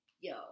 Yo